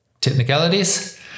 technicalities